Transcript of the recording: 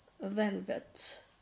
velvet